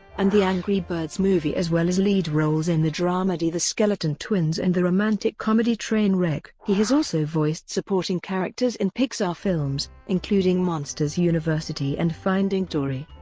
and the angry birds movie as well as lead roles in the dramedy the skeleton twins and the romantic comedy trainwreck. he has also voiced supporting characters in pixar films, including monsters university and finding dory.